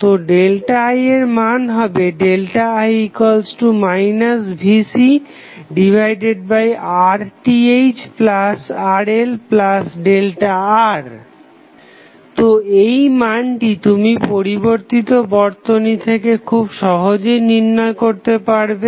তো ΔI এর মান হবে I VcRThRLR তো এই মানটি তুমি পরিবর্তিত বর্তনী থেকে খুব সহজেই নির্ণয় করতে পারবে